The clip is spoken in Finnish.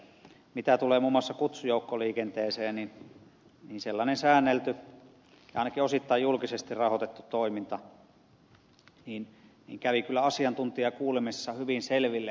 mitä tulee muun muassa kutsujoukkoliikenteeseen niin sellainen säännelty ja ainakin osittain julkisesti rahoitettu toiminta kävi kyllä asiantuntijakuulemisessa hyvin selville